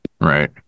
right